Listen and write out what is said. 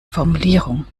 formulierung